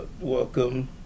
welcome